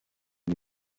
nie